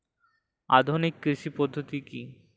আধুনিক কৃষি পদ্ধতি কী?